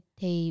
thì